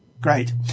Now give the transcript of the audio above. Great